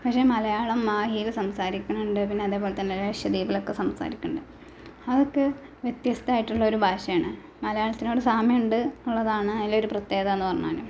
പക്ഷെ മലയാളം മാഹിയിൽ സംസാരിക്കുന്നുണ്ട് പിന്നെ അതേപോലെ തന്നെ ലക്ഷദ്വീപിലൊക്കെ സംസാരിക്കുന്നുണ്ട് അതൊക്കെ വ്യത്യസ്ഥായിട്ടുള്ള ഒരു ഭാഷയാണ് മലയാളത്തിനോട് സാമ്യമുണ്ട് എന്നുള്ളതാണ് അതിലെ ഒരു പ്രത്യേകത എന്നു പറഞ്ഞാൽ